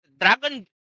dragon